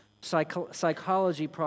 psychology